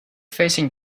facing